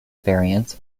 variants